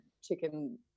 chicken